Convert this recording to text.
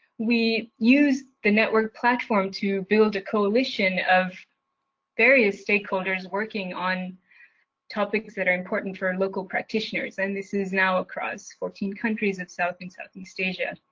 we use the network platform to build a coalition of various stakeholders working on topics that are important for local practitioners, and this is now across fourteen countries in south and southeast asia.